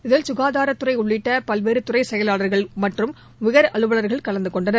இதில் சுகாதாரத் துறை உள்ளிட்ட பல்வேறு துறை செயவாளா்கள் மற்றும் உயா் அலுவவா்கள் கலந்துகொண்டனர்